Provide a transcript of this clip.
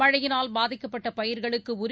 மழையினால் பாதிக்கப்பட்டபயிர்களுக்குஉரிய